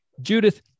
Judith